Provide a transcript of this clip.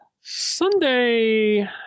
Sunday